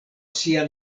sia